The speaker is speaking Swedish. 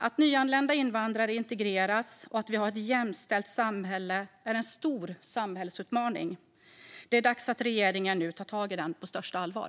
Att nyanlända invandrare integreras och att vi har ett jämställt samhälle är en stor samhällsutmaning. Det är dags att regeringen nu tar den på största allvar.